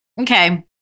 Okay